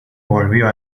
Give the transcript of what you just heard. volvió